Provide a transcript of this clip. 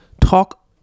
talk